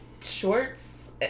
shorts